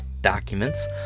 documents